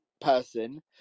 person